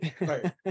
Right